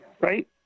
Right